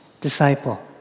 disciple